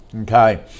Okay